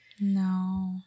No